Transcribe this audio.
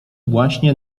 właśnie